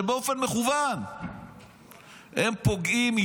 שבאופן מכוון הם פוגעים,